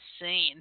insane